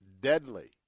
Deadly